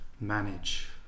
manage